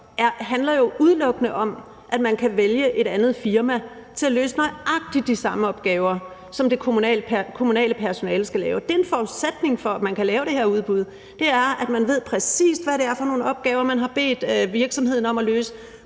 handler det jo udelukkende om, at man kan vælge et andet firma til at løse nøjagtig de samme opgaver, som det kommunale personale skal lave. Det er en forudsætning for, at man kan lave det her udbud, at man præcis ved, hvad det er for nogle opgaver, man har bedt virksomheden om at løse,